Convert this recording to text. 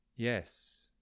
Yes